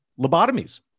lobotomies